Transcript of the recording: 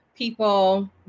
people